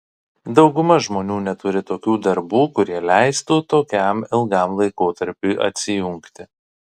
dauguma žmonių neturi tokių darbų kurie leistų tokiam ilgam laikotarpiui atsijungti